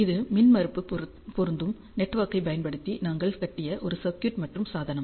இது மின்மறுப்பு பொருந்தும் நெட்வொர்க்கைப் பயன்படுத்தி நாங்கள் கட்டிய ஒரு சர்க்யூட் மற்றும் சாதனம்